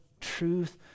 truth